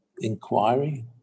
inquiry